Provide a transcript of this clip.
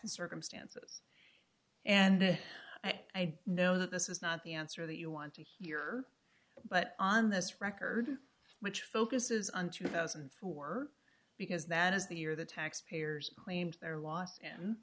and circumstances and i know this is not the answer that you want to hear but on this record which focuses on two thousand and four because that is the year the taxpayers claimed their loss and